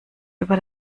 über